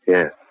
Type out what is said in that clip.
Yes